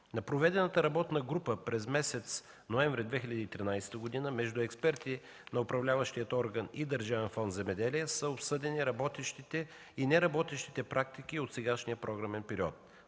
На проведената работна група през месец ноември 2013 г. между експерти на управляващия орган и Държавен фонд „Земеделие” са обсъдени работещите и неработещите практики от сегашния програмен период.